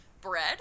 bread